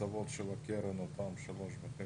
הקצבות של הקרן, אותם 3.5%?